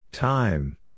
Time